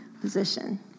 position